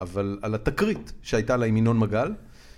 אבל על התקרית שהייתה לה עם ינון מגל